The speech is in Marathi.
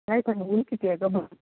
नाही पण ऊन किती आहे गं